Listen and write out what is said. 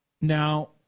Now